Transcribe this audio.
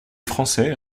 français